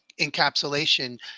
encapsulation